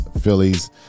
Phillies